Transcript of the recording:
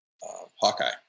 Hawkeye